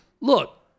Look